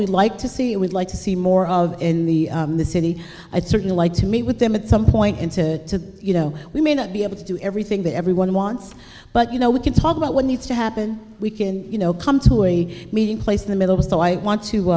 we'd like to see it would like to see more of in the city i'd certainly like to meet with them at some point and to you know we may not be able to do everything that everyone wants but you know we can talk about what needs to happen we can you know come to a meeting place in the middle so i want to